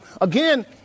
again